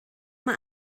mae